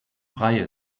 frei